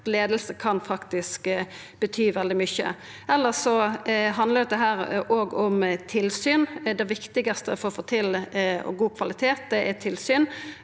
Leiing kan faktisk bety veldig mykje. Elles handlar dette òg om tilsyn. Det viktigaste for å få til god kvalitet er tilsyn.